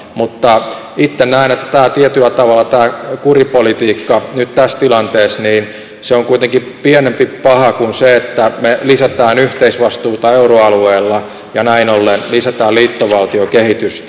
mutta itse näen että tietyllä tavalla tämä kuripolitiikka nyt tässä tilanteessa on kuitenkin pienempi paha kuin se että me lisäämme yhteisvastuuta euroalueella ja näin ollen lisäämme liittovaltiokehitystä